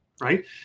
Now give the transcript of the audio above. Right